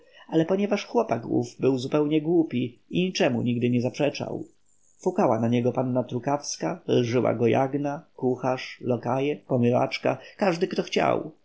ale ponieważ chłopak ów był zupełnie głupi i niczemu nigdy nie zaprzeczał fukała na niego panna trukawska lżyła go jagna kucharz lokaje pomywaczka wszyscy kto chciał